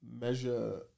measure